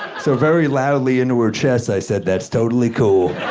so, very loudly into her chest, i said, that's totally cool.